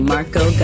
Marco